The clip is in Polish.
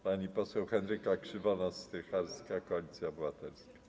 Pani poseł Henryka Krzywonos-Strycharska, Koalicja Obywatelska.